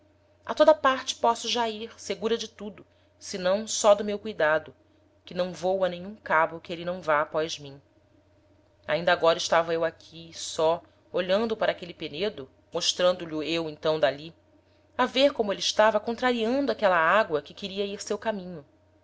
a toda parte posso já ir segura de tudo senão só do meu cuidado que não vou a nenhum cabo que êle não vá após mim ainda agora estava eu aqui só olhando para aquele penedo mostrando lho eu então d'ali a ver como ele estava contrariando aquela ágoa que queria ir seu caminho